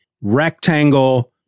rectangle